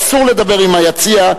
אסור לדבר עם היציע,